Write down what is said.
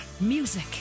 Music